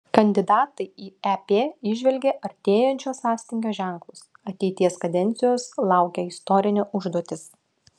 kandidatai į ep įžvelgė artėjančio sąstingio ženklus ateities kadencijos laukia istorinė užduotis